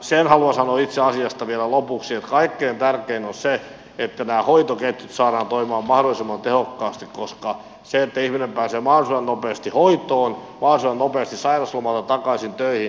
sen haluan sanoa itse asiasta vielä lopuksi että kaikkein tärkein on se että nämä hoitoketjut saadaan toimimaan mahdollisimman tehokkaasti koska se että ihminen pääsee mahdollisimman nopeasti hoitoon mahdollisimman nopeasti sairauslomalta takaisin töihin on kaikkien etu